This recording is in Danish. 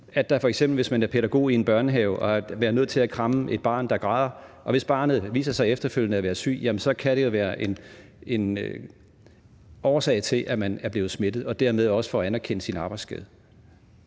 at man f.eks., hvis man er pædagog i en børnehave, har været nødt til at kramme et barn, der græder, og hvis barnet efterfølgende viser sig at være syg, kan det jo være en årsag til, at man er blevet smittet og dermed også får anerkendt sin arbejdsskade.